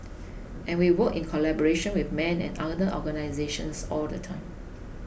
and we work in collaboration with men and other organisations all the time